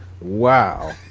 Wow